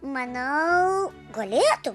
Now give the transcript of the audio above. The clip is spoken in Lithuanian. manau galėtum